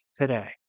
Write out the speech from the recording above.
today